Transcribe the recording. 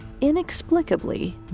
inexplicably